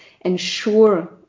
ensure